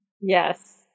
Yes